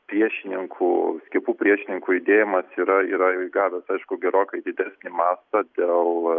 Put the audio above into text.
priešininkų skiepų priešininkų judėjimas yra yra įgavęs aišku gerokai didesnį mastą dėl